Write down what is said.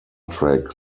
trek